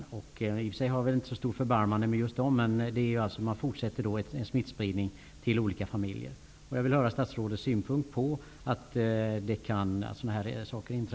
I och för sig har jag inte så stort förbarmande med just dem, men de kan fortsätta att sprida smittan till sina familjer. Jag vill höra vad statsrådet har för synpunkt på att det inträffar sådana här saker.